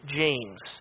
James